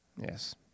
Yes